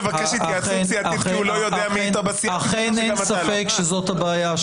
--- אכן אין ספק שזאת הבעיה,